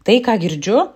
tai ką girdžiu